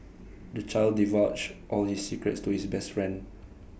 the child divulged all his secrets to his best friend